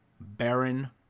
Baron